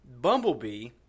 Bumblebee